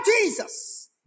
Jesus